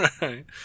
Right